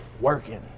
working